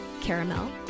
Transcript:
caramel